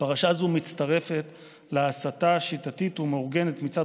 פרשה זו מצטרפת להסתה שיטתית ומאורגנת מצד